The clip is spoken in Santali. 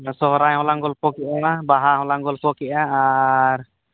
ᱥᱚᱦᱚᱨᱟᱭ ᱦᱚᱞᱟᱝ ᱜᱚᱞᱯᱚ ᱠᱮᱫᱟ ᱵᱟᱦᱟᱦᱚᱞᱟᱝ ᱜᱚᱞᱯᱚᱠᱮᱫᱟ ᱟᱨ